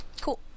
Cool